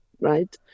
right